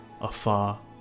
afar